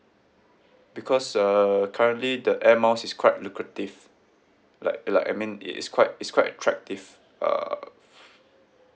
because uh currently the air miles is quite lucrative like like I mean it is quite it's quite attractive uh